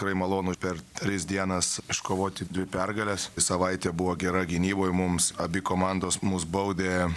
tikrai malonu per tris dienas iškovoti dvi pergales savaitė buvo gera gynyboj mums abi komandos mus baudė